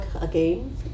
again